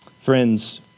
Friends